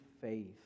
faith